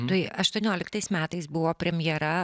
tai aštuonioliktais metais buvo premjera